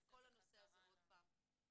על כל הנושא הזה עוד פעם --- להיכנס לזה חזרה.